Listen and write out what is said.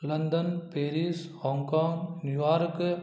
London Paris Hong Kong New York